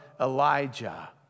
Elijah